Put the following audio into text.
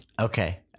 Okay